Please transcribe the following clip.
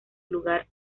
lugar